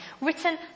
written